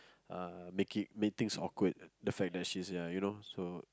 uh make it make things awkward the fact that she's yeah you know so